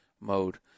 mode